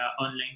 online